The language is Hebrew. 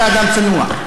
אתה אדם צנוע.